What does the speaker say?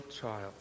child